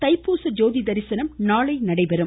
தைப்பூச ஜோதி தரிசனம் நாளை நடைபெறும்